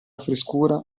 frescura